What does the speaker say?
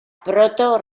proto